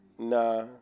Nah